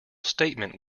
statement